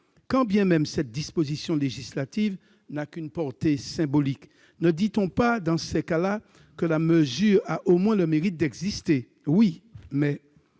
quand bien même cette disposition législative n'a qu'une portée symbolique. On dit, dans un tel cas, que la mesure a au moins le mérite d'exister,